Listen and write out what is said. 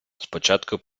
спочатку